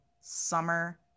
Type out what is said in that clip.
summer